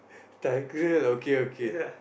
Tigreal okay okay